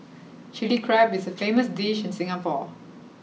Chilli Crab is a famous dish in Singapore